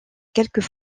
quelques